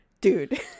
Dude